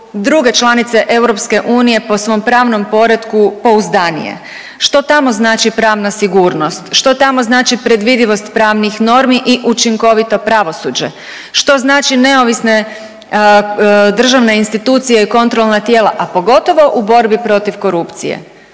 druge članice EU po svom pravnom poretku pouzdanije, što tamo znači pravna sigurnost, što tamo znači predvidivost pravnih normi i učinkovito pravosuđe? Što znači neovisne državne institucije i kontrolna tijela, a pogotovo u borbi protiv korupcije.